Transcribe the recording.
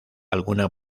alguna